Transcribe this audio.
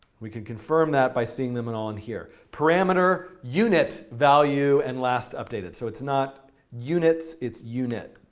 we can confirm that by seeing them and all in here parameter, unit, value, and lastupdated. so it's not units, it's unit.